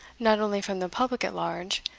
not only from the public at large,